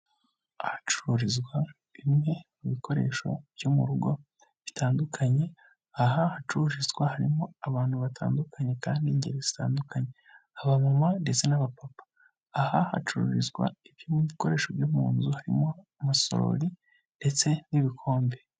Ahacururizwa bimwe mu bikoresho byo mu rugo bitandukanye aha hacururizwa harimo abantu batandukanye kandi n'ingeri zitandukanye, abamama ndetse n'abapapa. Aha hacururizwa ibindi bikoresho byo mu nzu harimo amasorori ndetse n'ibikombe.